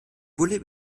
bulle